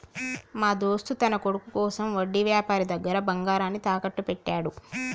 మా దోస్త్ తన కొడుకు కోసం వడ్డీ వ్యాపారి దగ్గర బంగారాన్ని తాకట్టు పెట్టాడు